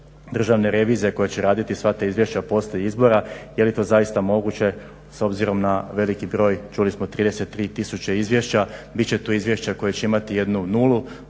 Državne revizije koja će raditi sva ta izvješća poslije izbora, je li to zaista moguće s obzirom na veliki broj, čuli smo 33 tisuće izvješća. Bit će tu izvješća koja će imati jednu nulu